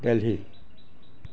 Delhi